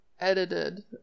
edited